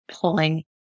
pulling